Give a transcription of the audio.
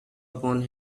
upon